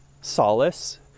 solace